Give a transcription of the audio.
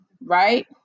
right